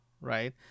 right